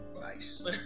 Nice